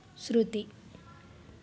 శృతి